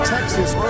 Texas